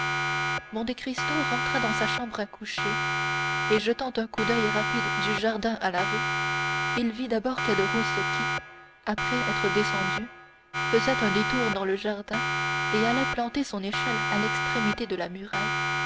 suffisamment rassuré monte cristo rentra dans sa chambre à coucher et jetant un coup d'oeil rapide du jardin à la rue il vit d'abord caderousse qui après être descendu faisait un détour dans le jardin et allait planter son échelle à l'extrémité de la muraille